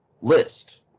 list